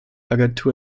agentur